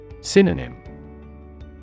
Synonym